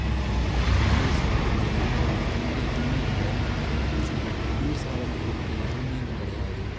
குளிர் சாதனங்கள் அதுமாதிரி எதுவுமே இல்லை குளிர்சாதனப் பொருட்கள் எதுவுமே அங்கே கிடையாது